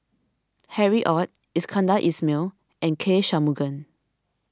Harry Ord Iskandar Ismail and K Shanmugam